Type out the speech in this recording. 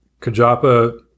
Kajapa